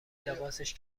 لباسش